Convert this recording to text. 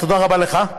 תודה רבה לך.